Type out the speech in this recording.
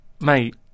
mate